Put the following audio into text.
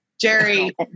Jerry